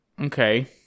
Okay